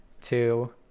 two